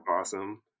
awesome